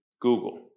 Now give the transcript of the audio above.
Google